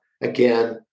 again